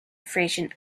frisian